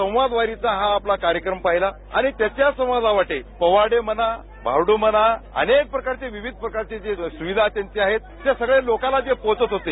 संवाद वारीची हा आपला कार्यक्रम पाहिला आणि त्याच्या संवादावाटे पोवाडे म्हणा भारुड म्हणा अनेक प्रकारचे विविध प्रकारचे सुविधा जे आहेत ते सगळे लोकांना पोहचत होते